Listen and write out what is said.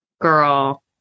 girl